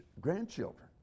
grandchildren